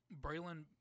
Braylon